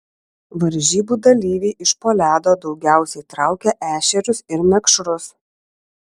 varžybų dalyviai iš po ledo daugiausiai traukė ešerius ir mekšrus